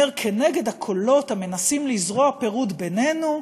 אומר: "כנגד הקולות המנסים לזרוע פירוד בינינו,